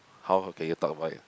how can you talk about it